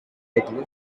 dudley